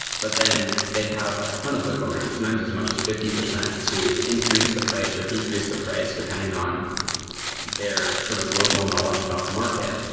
but then they have a ton of wiggle room, sometimes as much as fifty percent to increase the price or decrease the price, depending on their sort of local knowledge about the market.